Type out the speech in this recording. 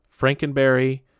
Frankenberry